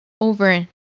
over